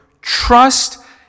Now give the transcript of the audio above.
trust